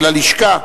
של הלשכה,